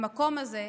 במקום הזה,